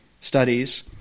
studies